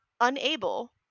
unable